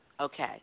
Okay